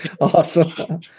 Awesome